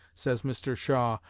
says mr. shaw,